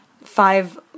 five